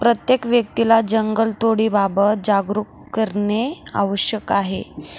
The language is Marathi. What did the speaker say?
प्रत्येक व्यक्तीला जंगलतोडीबाबत जागरूक करणे आवश्यक आहे